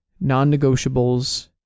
non-negotiables